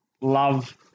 love